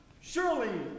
Surely